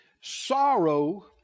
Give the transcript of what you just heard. Sorrow